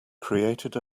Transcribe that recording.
created